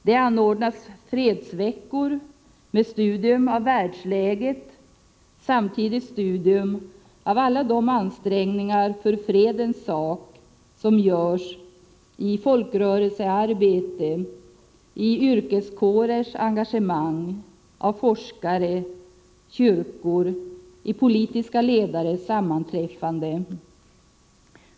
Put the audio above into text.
Det anordnas fredsveckor med studium av världsläget, men också av alla de ansträngningar för fredens sak som görs i folkrörelsearbete, genom yrkeskårers engagemang, av forskare och kyrkor samt vid politiska ledares sammanträffanden.